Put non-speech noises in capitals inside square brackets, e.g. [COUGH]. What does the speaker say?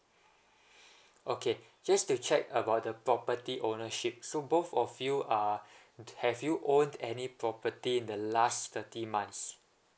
[BREATH] okay just to check about the property ownership so both of you uh have you owned any property in the last thirty months